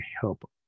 help